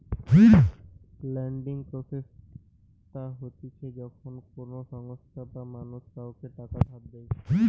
lending process তা হতিছে যখন কোনো সংস্থা বা মানুষ কাওকে টাকা ধার দেয়